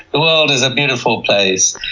world is a beautiful place.